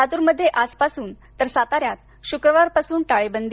लातूरमध्ये आजपासून तर साताऱ्यात शुक्रवारपासून टाळेबंदी